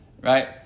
right